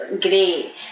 great